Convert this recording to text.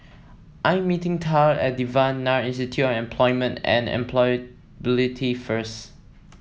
I'm meeting Tillie at Devan Nair Institute of Employment and Employability first